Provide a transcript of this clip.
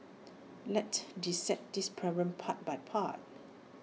let's dissect this problem part by part